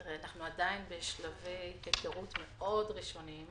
אנחנו עדיין בשלבי הכרות מאוד ראשוניים.